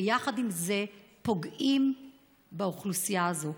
ויחד עם זה פוגעים באוכלוסייה הזאת.